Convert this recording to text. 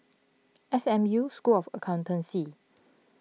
S M U School of Accountancy